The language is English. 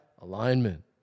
Alignment